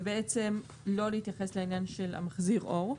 ובעצם לא להתייחס לעניין של המחזיר אור,